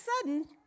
sudden